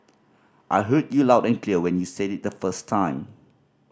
I heard you loud and clear when you said it the first time